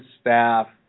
staff